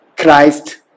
Christ